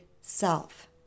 self